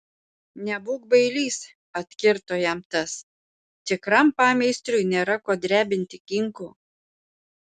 nebūk bailys atkirto jam tas tikram pameistriui nėra ko drebinti kinkų